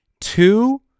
two